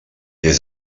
des